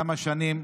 כמה שנים,